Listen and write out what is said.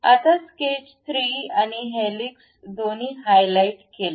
आता स्केच 3 आणि हेलिक्स दोन्ही हायलाइट केले